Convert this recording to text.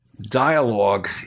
dialogue